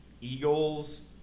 Eagles